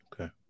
Okay